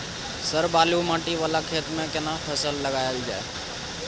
Sir बालू माटी वाला खेत में केना फसल लगायल जाय?